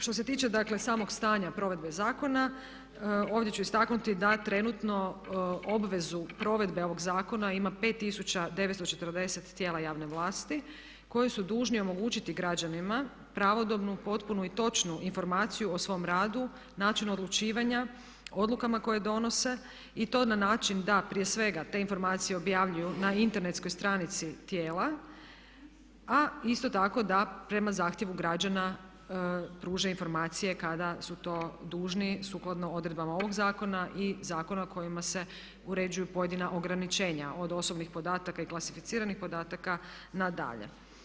Što se tiče, dakle samog stanja provedbe zakona ovdje ću istaknuti da trenutno obvezu provedbe ovog zakona ima 5940 tijela javne vlasti koji su dužni omogućiti građanima pravodobnu, potpunu i točnu informaciju o svom radu, načinu odlučivanja, odlukama koje donose i to na način da prije svega te informacije objavljuju na internetskoj stranici tijela, a isto tako da prema zahtjevu građana pruže informacije kada su to dužni sukladno odredbama ovog Zakona i zakona kojima se uređuju pojedina ograničenja od osobnih podataka i klasificiranih podataka na dalje.